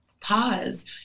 Pause